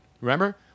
remember